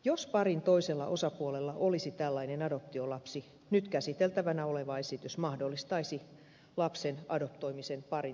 jos parin toisella osapuolella olisi tällainen adoptiolapsi nyt käsiteltävänä oleva esitys mahdollistaisi lapsen adoptoimisen parin yhteiseksi lapseksi